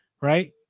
Right